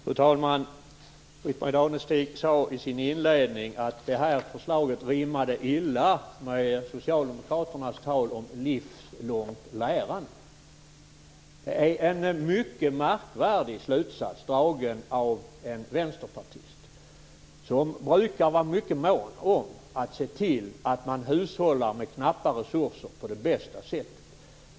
Fru talman! Britt-Marie Danestig sade i sin inledning att det här förslaget rimmade illa med socialdemokraternas tal om livslångt lärande. Det är en mycket märkvärdig slutsats dragen av en vänsterpartist, som brukar vara mycket mån om att se till att man hushållar med knappa resurser på det bästa sättet.